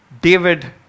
David